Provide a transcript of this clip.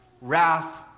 Wrath